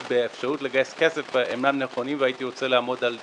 באפשרות לגייס כסף הן אינן נכונות והייתי רוצה לעמוד על דיוקן.